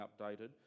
updated